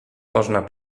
można